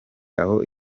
aho